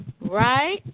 right